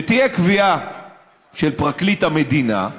כשתהיה קביעה של פרקליט המדינה,